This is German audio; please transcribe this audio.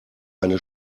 eine